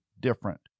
different